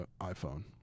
iPhone